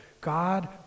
God